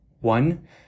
One